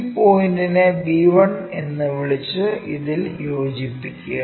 ഈ പോയിന്റിനെ b1 എന്ന് വിളിച്ച് ഇതിൽ യോജിപ്പിക്കുക